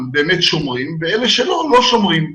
לעצמם, באמת שומרים, ואלה שלא, לא שומרים.